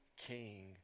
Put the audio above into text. King